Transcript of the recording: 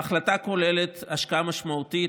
ההחלטה כוללת השקעה משמעותית,